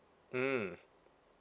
mm